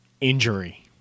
Injury